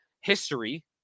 history